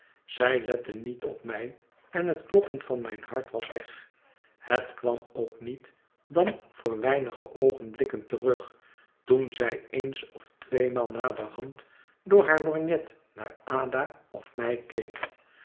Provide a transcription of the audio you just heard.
zij lette niet op mij en het kloppen van mijn hart was weg het kwam ook niet dan voor weinige oogenblikken terug toen zij eens of tweemaal naderhand door haar lorgnet naar ada of mij